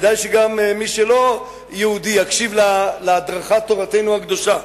כדאי שגם מי שלא יהודי יקשיב להדרכת תורתנו הקדושה,